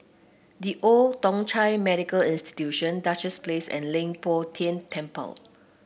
The Old Thong Chai Medical Institution Duchess Place and Leng Poh Tian Temple